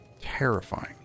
terrifying